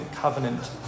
covenant